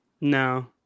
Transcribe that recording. No